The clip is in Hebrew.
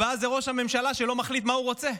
הבעיה היא ראש הממשלה, שלא מחליט מה הוא רוצה.